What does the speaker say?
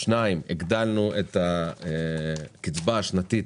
הגדלנו את הקצבה השנתית